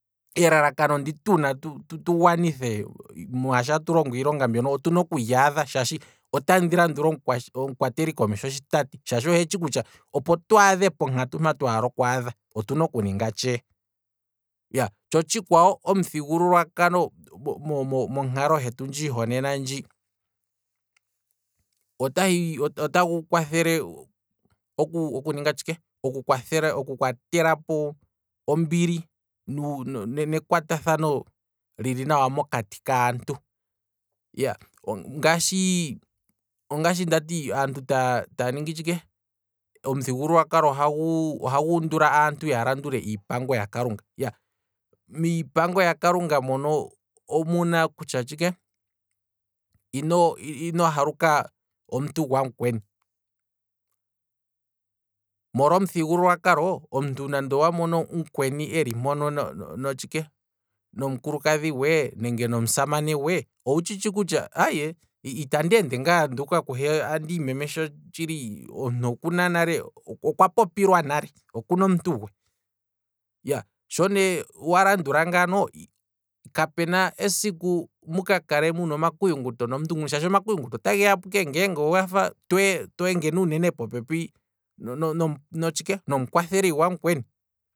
Elalakano ndi tuna tukonge tu gwanithe mwaashi atu longo iilonga mbyono, otuna okulyaadha shaashi otandi landula omukwateli komesho shi tati shaashi ohe etshi kutya opo twaadhe ponkatu mpa twaala okwaadha otuna oku ninga tshee, iyaa, tsho otshikwawo omuthigululwakalo mo- mo- monkalo hetu ndjii honena ndji, otagu kwathele oku ninga tshike, oku kwatelapo ombili nekwata thano lili nawa mokati kaantu, ongashi ndati aantu taa ningi tshike omuthigululwa kalo ohagu undula aantu ya landule iipango yakalunga, miipango yakalunga mono omuna kutya tshike, ino- ino haluka omuntu gwamukweni, molwa omuthigululwakalo omuntu nande owamono omuntu eli mpono, notshike, nomukulukadhi gwe, nenge nomusamane gwe, owu tshitshi kutya aye itandi ende ngaa nduka kuhe andi imemesha nduuka kuhe, okuna nale, okwa popilwa nale, okuna omuntu gwe, sho ne walandula ngano, kapuna esiku mu kakale muna omakuyunguto nomuntu ngo, shaashi omakuyunguto otweengene uunene popepi natshike, nomukwatheli gwamukweni